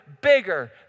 bigger